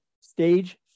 stage